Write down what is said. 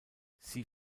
sie